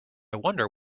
wonder